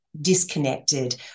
disconnected